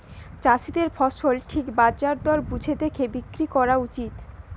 চাষীদের ফসল ঠিক বাজার দর বুঝে দেখে বিক্রি কোরা উচিত